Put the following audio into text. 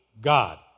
God